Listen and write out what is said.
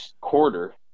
quarter